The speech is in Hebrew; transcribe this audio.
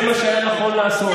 זה מה שהיה נכון לעשות.